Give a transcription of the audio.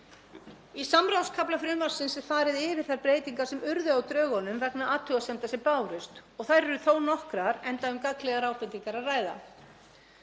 Í samráðskafla frumvarpsins er farið yfir þær breytingar sem urðu á drögunum vegna athugasemda sem bárust og þær eru þó nokkrar, enda um gagnlegar ábendingar að ræða.